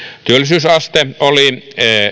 työllisyysaste oli